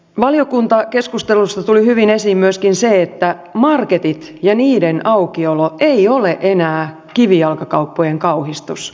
valiokuntakeskustelusta tuli hyvin esiin myöskin se että marketit ja niiden aukiolo ei ole enää kivijalkakauppojen kauhistus